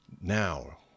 Now